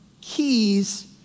keys